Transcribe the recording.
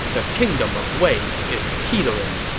the kingdom of wei is teetering.